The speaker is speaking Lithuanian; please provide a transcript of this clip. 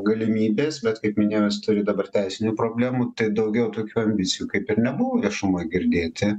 galimybės bet kaip minėjau jis turi dabar teisinių problemų tai daugiau tokių ambicijų kaip ir nebuvo viešumoj girdėti